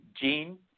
Gene